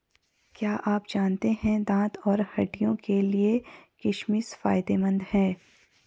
क्या आप जानते है दांत और हड्डियों के लिए किशमिश फायदेमंद है?